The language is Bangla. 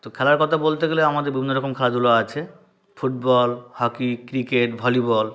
তো খেলার কথা বলতে গেলে আমাদের বিভিন্ন রকম খেলাধুলা আছে ফুটবল হকি ক্রিকেট ভলিবল